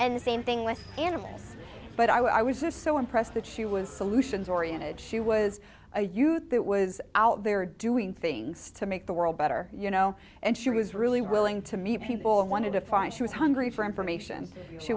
and the same thing with animals but i was just so impressed that she was solutions oriented she was a youth that was out there doing things to make the world better you know and she was really willing to meet people who wanted to find she was hungry for information she